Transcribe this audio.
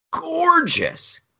gorgeous